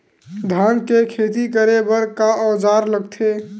धान के खेती करे बर का औजार लगथे?